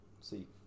see